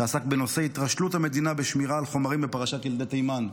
שעסק בנושא התרשלות המדינה בשמירה על חומרים בפרשת ילדי תימן.